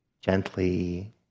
gently